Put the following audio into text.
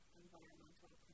environmental